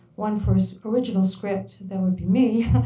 one for original script, that would be me,